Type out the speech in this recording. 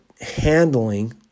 handling